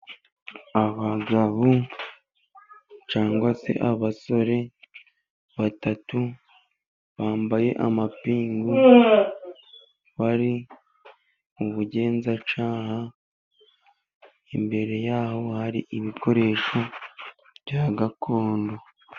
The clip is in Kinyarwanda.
Abagabo cyangwa se abasore batatu bambaye amapingu, bari mu bugenzacyaha, imbere yabo hari ibikoresho bya gakondo.